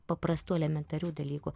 paprastų elementarių dalykų